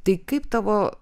tai kaip tavo